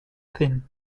thin